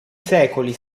secoli